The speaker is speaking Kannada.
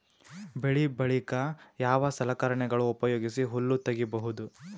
ಬೆಳಿ ಬಳಿಕ ಯಾವ ಸಲಕರಣೆಗಳ ಉಪಯೋಗಿಸಿ ಹುಲ್ಲ ತಗಿಬಹುದು?